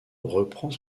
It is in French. reprend